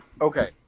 Okay